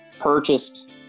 purchased